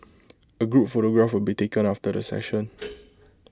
A group photograph will be taken after the session